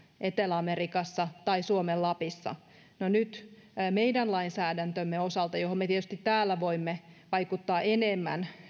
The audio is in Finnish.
etelä amerikassa tai suomen lapissa nyt meidän lainsäädäntömme osalta johon me tietysti täällä voimme vaikuttaa enemmän